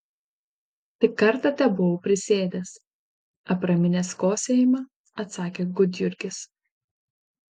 tik kartą tebuvau prisėdęs apraminęs kosėjimą atsakė gudjurgis